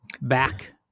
back